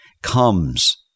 comes